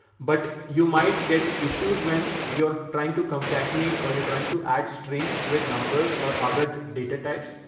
but you might get issues when you're trying to concatenate, or you're trying to add strings with numbers or other data types.